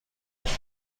گندم